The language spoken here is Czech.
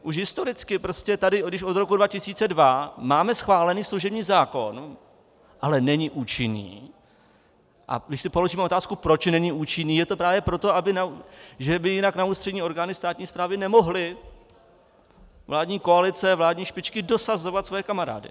Už historicky, prostě tady když od roku 2002 máme schválený služební zákon, ale není účinný, a když si položíme otázku, proč není účinný, je to právě proto, že by jinak na ústřední orgány státní správy nemohly vládní koalice, vládní špičky dosazovat své kamarády.